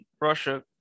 Russia